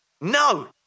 No